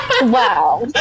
Wow